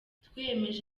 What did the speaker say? twiyemeje